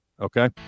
okay